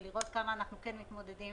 ולראות כמה אנחנו כן מתמודדים